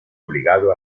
obligado